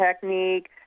technique